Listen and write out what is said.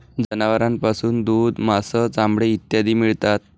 जनावरांपासून दूध, मांस, चामडे इत्यादी मिळतात